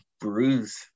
bruise